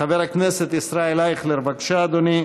חבר הכנסת ישראל אייכלר, בבקשה, אדוני.